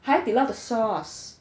海底捞的 sauce